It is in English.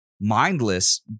mindless